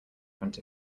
front